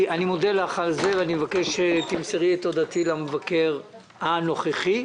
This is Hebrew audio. אני מודה לך על זה ואני מבקש שתמסרי את תודתי למבקר המדינה הנוכחי,